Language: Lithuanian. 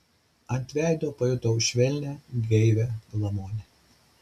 ant veido pajutau švelnią gaivią glamonę